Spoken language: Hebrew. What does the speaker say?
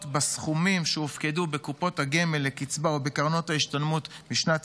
בסכומים שהופקדו בקופות הגמל לקצבה או בקרנות ההשתלמות בשנת